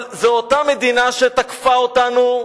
אבל זו אותה מדינה שתקפה אותנו,